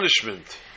punishment